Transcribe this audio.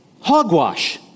hogwash